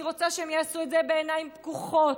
אני רוצה שהם יעשו את זה בעיניים פקוחות,